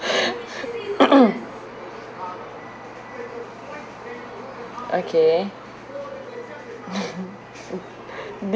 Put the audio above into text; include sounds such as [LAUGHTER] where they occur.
[BREATH] [COUGHS] okay [LAUGHS]